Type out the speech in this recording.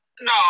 No